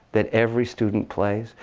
that every student plays,